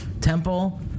temple